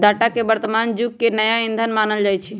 data के वर्तमान जुग के नया ईंधन मानल जाई छै